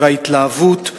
וההתלהבות.